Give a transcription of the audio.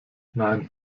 nein